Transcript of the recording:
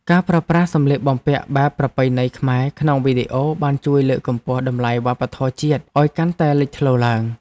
ការប្រើប្រាស់សំលៀកបំពាក់បែបប្រពៃណីខ្មែរក្នុងវីដេអូបានជួយលើកកម្ពស់តម្លៃវប្បធម៌ជាតិឱ្យកាន់តែលេចធ្លោឡើង។